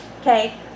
okay